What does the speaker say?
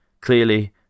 Clearly